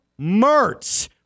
Mertz